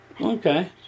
Okay